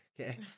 Okay